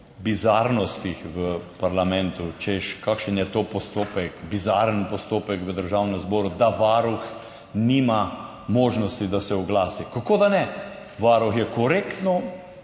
bizarnostih v parlamentu, češ, kakšen je to postopek, bizaren postopek v Državnem zboru, da varuh nima možnosti, da se oglasi. Kako da ne? Varuh je korektno